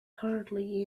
currently